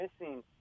missing